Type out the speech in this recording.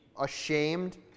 ashamed